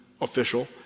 official